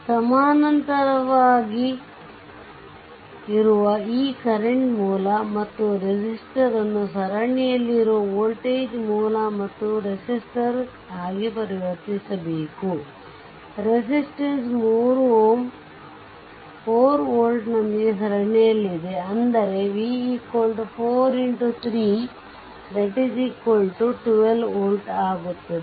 ಸಮಾನಾಂತರವಾಗಿರುವ ಈ ಕರೆಂಟ್ ಮೂಲ ಮತ್ತು ರೆಸಿಸ್ಟರ್ ನ್ನು ಸರಣಿಯಲ್ಲಿರುವ ವೋಲ್ಟೇಜ್ ಮೂಲ ಮತ್ತು ರೆಸಿಸ್ಟರ್ ಆಗಿ ಪರಿವರ್ತಿಸಬೇಕು ರೆಸಿಸ್ಟೆಂಸ್ 3 Ω 4v ನೊಂದಿಗೆ ಸರಣಿಯಲ್ಲಿದೆ ಅಂದರೆ v 4 x 3 12 volt ಆಗುತ್ತದೆ